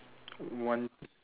one